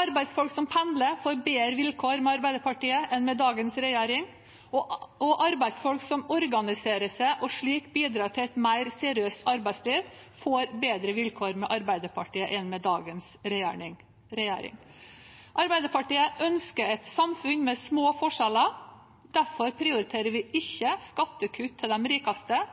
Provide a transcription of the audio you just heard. Arbeidsfolk som pendler, får bedre vilkår med Arbeiderpartiet enn med dagens regjering. Arbeidsfolk som organiserer seg, og slik bidrar til et mer seriøst arbeidsliv, får bedre vilkår med Arbeiderpartiet enn med dagens regjering. Arbeiderpartiet ønsker et samfunn med små forskjeller. Derfor prioriterer vi ikke skattekutt til de rikeste,